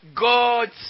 God's